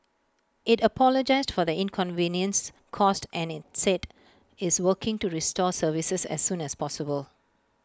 IT apologised for the inconvenience caused and IT said is working to restore services as soon as possible